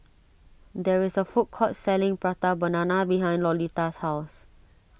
there is a food court selling Prata Banana behind Lolita's house